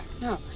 No